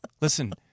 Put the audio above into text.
Listen